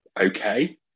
okay